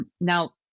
now